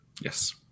Yes